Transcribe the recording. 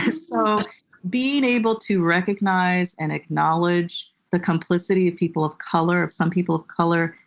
so being able to recognize and acknowledge the complicity of people of color, of some people of color,